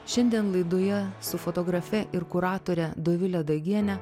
šiandien laidoje su fotografe ir kuratore dovile dagiene